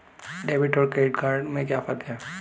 Debit और credit में क्या फर्क है?